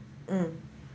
mm